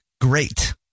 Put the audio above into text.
Great